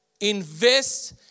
Invest